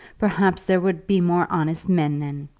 perhaps there would be more honest men then.